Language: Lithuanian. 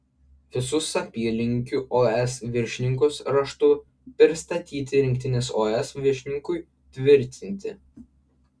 visus apylinkių os viršininkus raštu pristatyti rinktinės os viršininkui tvirtinti